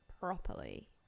properly